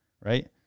right